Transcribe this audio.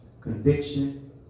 Conviction